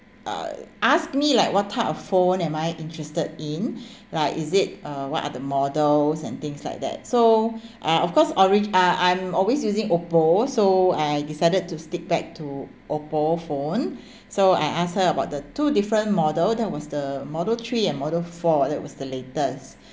uh asked me like what type of phone am I interested in like is it uh what are the models and things like that so uh of course orig~ uh I'm always using Oppo so I decided to stick back to Oppo phone so I asked her about the two different model that was the model three and model four that was the latest